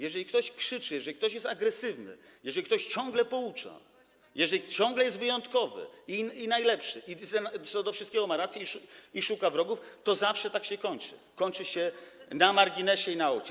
Jeżeli ktoś krzyczy, jeżeli ktoś jest agresywny, jeżeli ktoś ciągle poucza, jeżeli ciągle jest wyjątkowy i najlepszy i we wszystkim ma rację, szuka wrogów, to zawsze tak się kończy, kończy się na marginesie, na aucie.